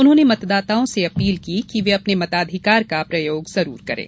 उन्होंने मतदाताओं से अपील की की वे अपने मताधिकार का प्रयोग अवश्य करें